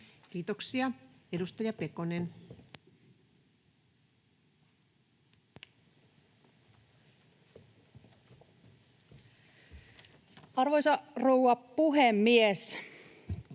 Kiitoksia. — Edustaja Pekonen. Arvoisa rouva puhemies!